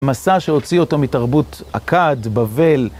מסע שהוציא אותו מתרבות אכד, בבל.